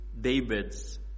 David's